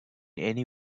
any